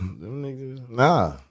Nah